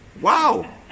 wow